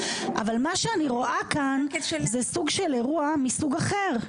אבל מה שאני רואה כאן זה סוג של אירוע מסוג אחר.